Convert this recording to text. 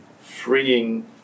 freeing